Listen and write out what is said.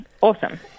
Awesome